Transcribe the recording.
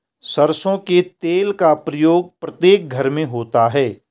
सरसों के तेल का प्रयोग प्रत्येक घर में होता है